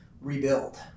rebuild